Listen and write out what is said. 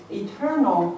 eternal